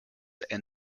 and